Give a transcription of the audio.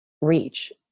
reach